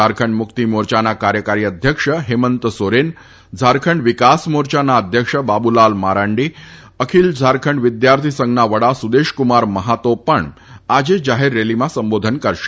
ઝારખંડ મુકતી મોરયાના કાર્યકારી અધ્યક્ષ હેમંત સોરેન ઝારખંડ વિકાસ મોરચાના અધ્યક્ષ બાબુલાલ મારાંડી અખિલ ઝારખંડ વિદ્યાર્થી સંઘના વડા સુદેશકુમાર મહાતો પણ આજે જાહેર રેલીમાં સંબોધન કરશે